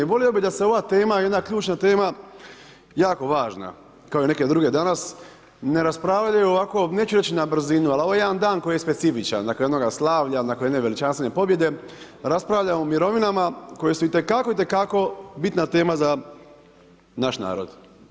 Volio bih da se ova tema, jedna ključna tema, jako važna, kao i neke druge danas, ne raspravljaju ovako, neću reći na brzinu, ali ovo je jedan dan koji je specifičan, nakon jednoga slavlja, nakon jedne veličanstvene pobjede raspravljamo o mirovinama koje su itekako, itekako bitna tema za naš narod.